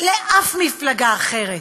לשום מפלגה אחרת.